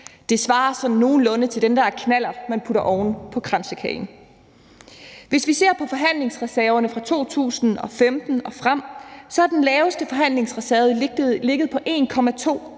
det svarer sådan nogenlunde til den der knallert, man putter oven på kransekagen. Hvis vi ser på forhandlingsreserverne fra 2015 og frem, har den laveste forhandlingsreserve ligget på 1,2